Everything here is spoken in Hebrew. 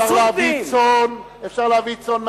אפשר להביא צאן מארגנטינה.